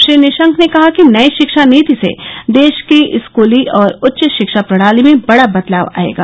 श्री निशंक ने कहा कि नई शिक्षा नीति से देश की स्कूली और उच्च शिक्षा प्रणाली में बडा बदलाव आएगा